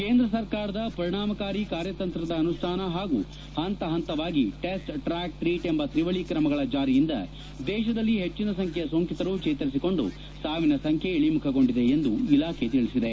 ಕೇಂದ್ರ ಸರ್ಕಾರದ ಪರಿಣಾಮಕಾರಿ ಕಾರ್ಯತಂತ್ರದ ಅನುಷ್ನಾನ ಹಾಗೂ ಹಂತಹಂತವಾಗಿ ಟೆಸ್ಟ್ ಟ್ರಾಕ್ ಟ್ರೀಟ್ ಎಂಬ ತ್ರಿವಳಿ ಕ್ರಮಗಳ ಜಾರಿಯಿಂದ ದೇಶದಲ್ಲಿ ಹೆಚ್ಚಿನ ಸಂಖ್ಯೆಯ ಸೋಂಕಿತರು ಜೇತರಿಸಿಕೊಂಡು ಸಾವಿನ ಸಂಖ್ಯೆ ಇಳಿಮುಖಗೊಂಡಿದೆ ಎಂದು ಇಲಾಖೆ ತಿಳಿಸಿದೆ